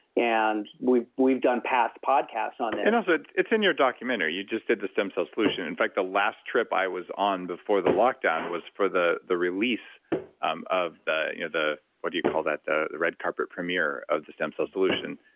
and we've we've done past podcasts on this it's in your documentary. you just did the stem cell solution. in fact, the last trip i was on before the lockdown was for the the release um of the. what do you call that? the the red carpet premiere of the stem cell solution,